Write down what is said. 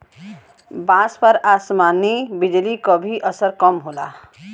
बांस पर आसमानी बिजली क भी असर कम होला